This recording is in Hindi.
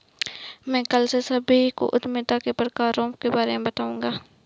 मैं कल से सभी को उद्यमिता के प्रकारों के बारे में बताऊँगा